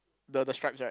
the the stripes right